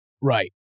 Right